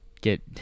get